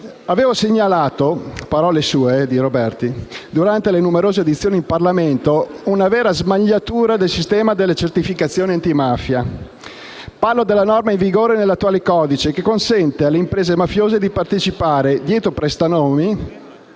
«Avevo segnalato,» - sono parole di Roberti - «durante le numerose audizioni in Parlamento, una vera smagliatura nel sistema delle certificazioni antimafia. Parlo della norma in vigore nell'attuale codice che consente alle imprese mafiose di partecipare, dietro prestanome